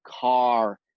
car